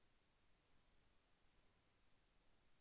మొక్కలో ఉన్న వేరు వ్యవస్థ పెరగడానికి నత్రజని వాడవచ్చా?